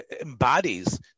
embodies